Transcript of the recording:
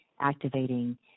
activating